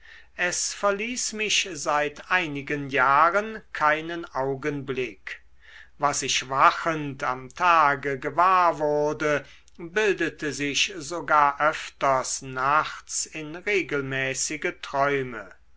es verließ mich seit einigen jahren keinen augenblick was ich wachend am tage gewahr wurde bildete sich sogar öfters nachts in regelmäßige träume